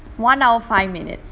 one hour five minutes